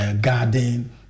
garden